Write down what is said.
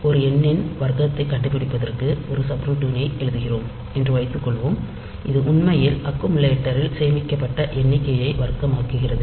ஒரு எண்ணின் வர்க்கத்தை கண்டுபிடிப்பதற்கு ஒரு சப்ரூட்டீனை எழுதுகிறோம் என்று வைத்துக்கொள்வோம் இது உண்மையில் அக்குமுலேட்டரில் சேமிக்கப்பட்ட எண்ணிக்கையை வர்க்கமாக்குகுறது